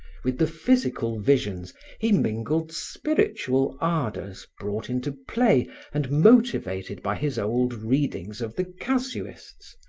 with the physical visions he mingled spiritual ardors brought into play and motivated by his old readings of the casuists,